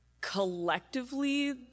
collectively